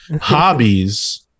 Hobbies